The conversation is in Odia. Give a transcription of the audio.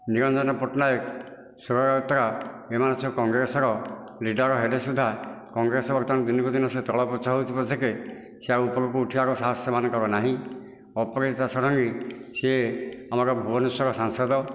ନିରଞ୍ଜନ ପଟ୍ଟନାୟକ ସୁର ରାଉତରାୟ ଏମାନେ ସବୁ କଂଗ୍ରସର ଲିଡ଼ର ହେଲେ ସୁଦ୍ଧା କଂଗ୍ରେସ ବର୍ତ୍ତମାନ ଦିନକୁ ଦିନ ସେ ତଳ ପଛ ହେଉଛି ପଛକେ ସେ ଆଉ ଉପରକୁ ଉଠିବାର ସାହସ ସେମାନଙ୍କର ନାହିଁ ଅପରାଜିତା ଷଡ଼ଙ୍ଗୀ ସିଏ ଆମର ଭୂବନେଶ୍ୱର ସାଂସଦ